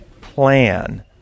plan